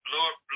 Lord